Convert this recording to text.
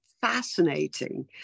fascinating